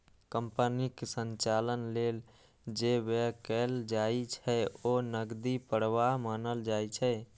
कंपनीक संचालन लेल जे व्यय कैल जाइ छै, ओ नकदी प्रवाह मानल जाइ छै